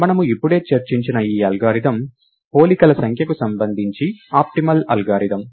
మనము ఇప్పుడే చర్చించిన ఈ అల్గోరిథం పోలికల సంఖ్యకు సంబంధించి ఆప్టిమల్ అల్గోరిథం